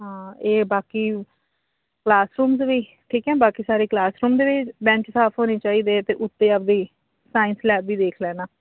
ਹਾਂ ਇਹ ਬਾਕੀ ਕਲਾਸ ਰੂਮਜ਼ ਵੀ ਠੀਕ ਹੈ ਬਾਕੀ ਸਾਰੇ ਕਲਾਸ ਰੂਮ ਦੇ ਵੀ ਬੈਂਚ ਤਾਂ ਹੋਣੇ ਚਾਹੀਦੇ ਅਤੇ ਉੱਤੇ ਆਪਦੀ ਸਾਇੰਸ ਲੈਬ ਵੀ ਦੇਖ ਲੈਣਾ